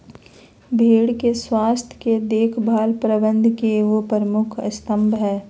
भेड़ के स्वास्थ के देख भाल प्रबंधन के एगो प्रमुख स्तम्भ हइ